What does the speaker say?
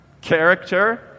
Character